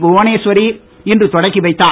புவனேஸ்வரி இன்று தொடங்கி வைத்தார்